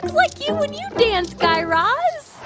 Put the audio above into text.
like you when you dance, guy raz